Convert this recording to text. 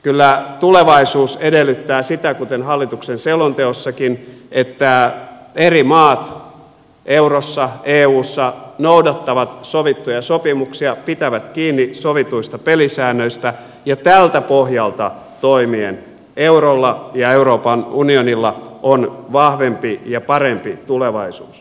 kyllä tulevaisuus edellyttää sitä kuten hallituksen selonteossakin että eri maat eurossa eussa noudattavat sovittuja sopimuksia pitävät kiinni sovituista pelisäännöistä ja tältä pohjalta toimien eurolla ja euroopan unionilla on vahvempi ja parempi tulevaisuus